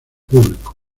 público